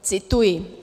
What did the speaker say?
Cituji: